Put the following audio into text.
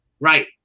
right